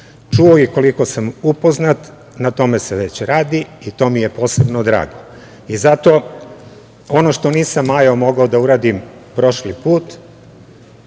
čuo i koliko sam upoznat, na tome se već radi i to mi je posebno drago. Zato ono što nisam Majo mogao da uradim prošli put,